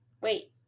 Wait